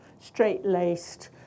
straight-laced